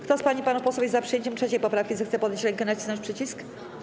Kto z pań i panów posłów jest za przyjęciem 3. poprawki, zechce podnieść rękę i nacisnąć przycisk.